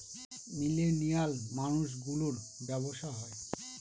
millennial মানুষ গুলোর ব্যাবসা হয়